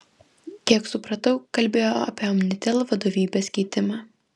kiek supratau kalbėjo apie omnitel vadovybės keitimą